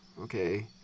okay